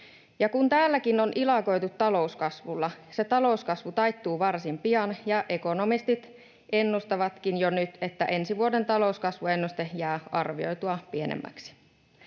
kun täälläkin on ilakoitu talouskasvulla, se talouskasvu taittuu varsin pian, ja ekonomistit ennustavatkin jo nyt, että ensi vuoden talouskasvuennuste jää arvioitua pienemmäksi.